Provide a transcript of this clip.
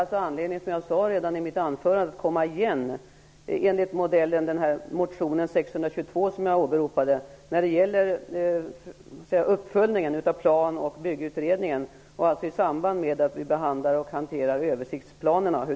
Det finns, som jag sade redan i mitt anförande, anledning att återkomma med den modell som förs fram i motion Jo622 i samband med uppföljningen av Plan och byggutredningen och behandlingen av översiktsplanerna.